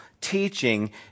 teaching